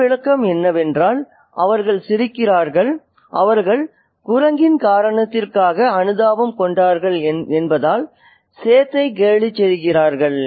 மற்ற விளக்கம் என்னவென்றால் அவர்கள் சிரிக்கிறார்கள் அவர்கள் குரங்கின் காரணத்திற்காக அனுதாபம் கொண்டவர்கள் என்பதால் சேத்தை கேலி செய்கிறார்கள்